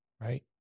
right